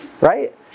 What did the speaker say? Right